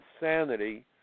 insanity